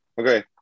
Okay